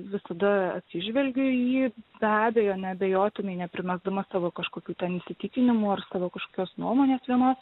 visada atsižvelgiu į jį be abejo neabejotinai neprimesdama savo kažkokių ten įsitikinimų ar savo kažkokios nuomonės vienos